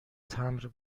تمبر